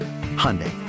Hyundai